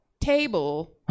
table